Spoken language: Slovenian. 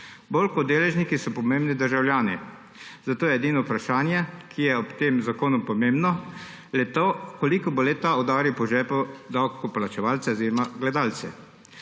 Bolj kot deležniki so pomembni državljani. Zato je edino vprašanje, ki je ob tem zakonu pomembno, le to, koliko bo le-ta udaril po žepu davkoplačevalce oziroma gledalce.